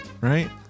right